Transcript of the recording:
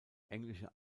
englische